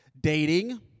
dating